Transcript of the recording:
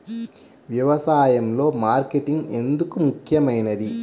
వ్యసాయంలో మార్కెటింగ్ ఎందుకు ముఖ్యమైనది?